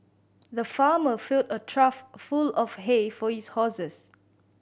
the farmer filled a trough full of hay for his horses